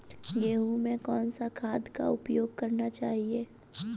गेहूँ में कौन सा खाद का उपयोग करना चाहिए?